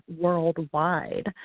worldwide